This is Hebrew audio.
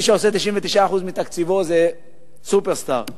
מי שעושה 99% מתקציבו זה סופר-סטאר.